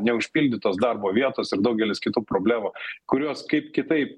neužpildytos darbo vietos ir daugelis kitų problemų kurios kaip kitaip